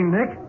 Nick